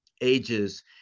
ages